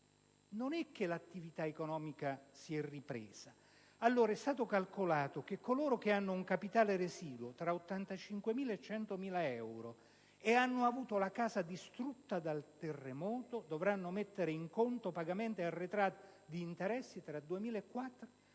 con un'attività economica in ripresa. È stato calcolato che coloro che hanno un capitale residuo tra gli 85.000 e i 100.000 euro e hanno avuto la casa distrutta dal terremoto dovranno mettere in conto pagamenti arretrati di interessi tra i 2.400 e i 3.000 euro